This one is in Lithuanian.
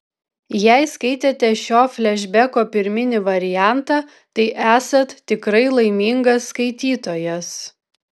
jei skaitėte šio flešbeko pirminį variantą tai esat tikrai laimingas skaitytojas